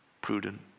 prudent